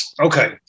okay